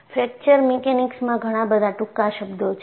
fracture મિકેનિક્સમાં ઘણાબધા ટૂંકા શબ્દો છે